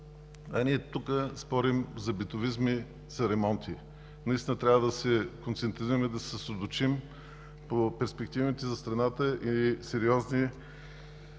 а ние тук спорим за битовизми, за ремонти. Наистина трябва да се концентрираме, да се съсредоточим по перспективните за страната и сериозни